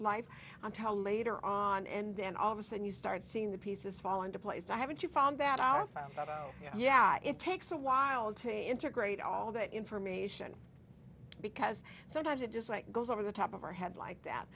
life on tell later on and then all of a sudden you start seeing the pieces fall into place i haven't you found that out yeah it takes a while to integrate all that information because sometimes it just like goes over the top of your head like that